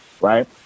right